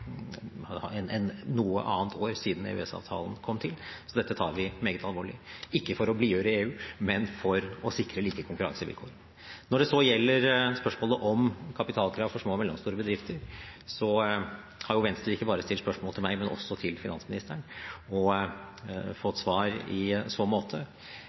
enn noe annet år siden EØS-avtalen kom til. Så dette tar vi meget alvorlig – ikke for å blidgjøre EU, men for å sikre like konkurransevilkår. Når det så gjelder spørsmålet om kapitalkrav for små og mellomstore bedrifter, har Venstre stilt spørsmål ikke bare til meg, men også til finansministeren, og fått svar i så måte.